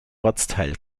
ortsteil